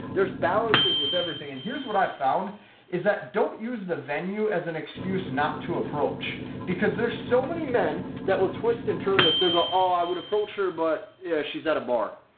there's balances with everything. and here's what i found is that don't use the venue as an excuse not to approach because there's so many men that will twist and turn the signal, oh, i would approach her. but if she's at a bar,